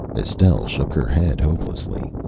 estelle shook her head hopelessly.